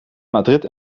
madrid